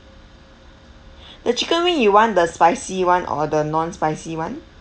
the chicken wing you want the spicy [one] or the non spicy [one]